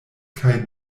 kaj